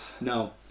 No